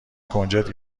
کنجد